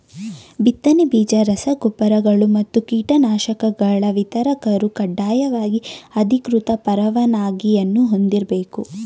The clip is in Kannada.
ಬಿತ್ತನೆ ಬೀಜ ರಸ ಗೊಬ್ಬರಗಳು ಮತ್ತು ಕೀಟನಾಶಕಗಳ ವಿತರಕರು ಕಡ್ಡಾಯವಾಗಿ ಅಧಿಕೃತ ಪರವಾನಗಿಯನ್ನೂ ಹೊಂದಿರ್ಬೇಕು